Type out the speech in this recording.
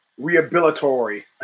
rehabilitory